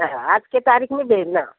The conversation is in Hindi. हाँ आज की तारिख़ मे भेजना